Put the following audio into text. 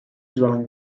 dwelling